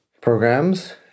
programs